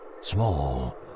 small